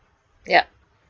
yup